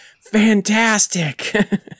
fantastic